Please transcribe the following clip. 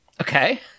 Okay